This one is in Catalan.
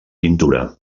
pintura